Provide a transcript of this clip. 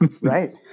right